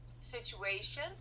situation